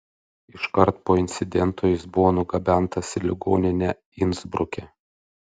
iškart po incidento jis buvo nugabentas į ligoninę insbruke